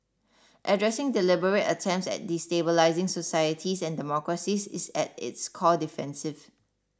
addressing deliberate attempts at destabilising societies and democracies is at its core defensive